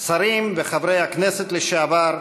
שרים וחברי הכנסת לשעבר,